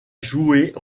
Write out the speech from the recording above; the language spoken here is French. jouer